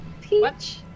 peach